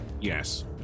Yes